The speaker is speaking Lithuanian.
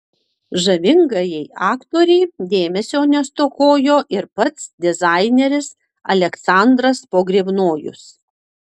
žavingajai aktorei dėmesio nestokojo ir pats dizaineris aleksandras pogrebnojus